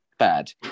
Bad